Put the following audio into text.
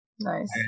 Nice